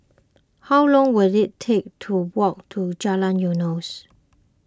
how long will it take to walk to Jalan Eunos